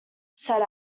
said